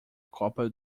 copa